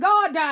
God